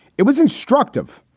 it was instructive,